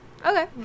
Okay